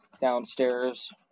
downstairs